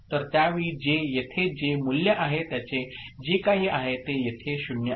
तर त्यावेळी जे येथे जे मूल्य आहे त्याचे जे काही आहे ते येथे 0 आहे